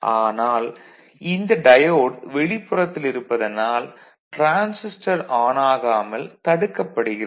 ஆனால் இந்த டயோடு வெளிப்புறத்தில் இருப்பதனால் டிரான்சிஸ்டர் ஆன் ஆகாமல் தடுக்கப்படுகிறது